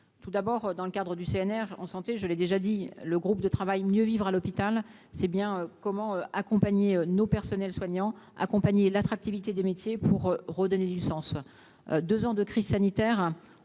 tout d'abord, dans le cadre du CNR en santé, je l'ai déjà dit le groupe de travail mieux vivre à l'hôpital c'est bien : comment accompagner nos personnels soignants accompagner l'attractivité des métiers pour redonner du sens, 2 ans de crise sanitaire